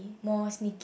more sneaky